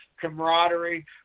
camaraderie